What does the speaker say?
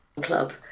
club